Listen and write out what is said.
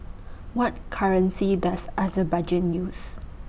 What currency Does Azerbaijan use